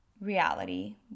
reality